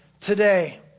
today